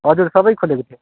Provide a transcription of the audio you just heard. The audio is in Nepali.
हजुर सबै खोलेको थियो